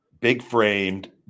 big-framed